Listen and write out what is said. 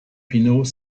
pinot